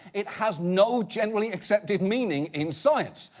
it has no generally accepted meaning in science.